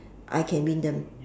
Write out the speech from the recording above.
I can win them